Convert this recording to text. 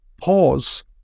pause